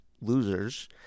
losers